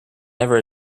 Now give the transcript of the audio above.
never